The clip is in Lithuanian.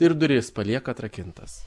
ir duris palieka atrakintas